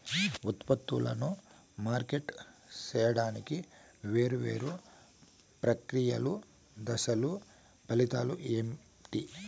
ఉత్పత్తులను మార్కెట్ సేయడానికి వేరువేరు ప్రక్రియలు దశలు ఫలితాలు ఏంటి?